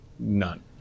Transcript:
None